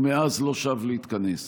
ומאז לא שב להתכנס.